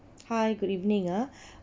hi good evening ah